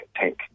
tank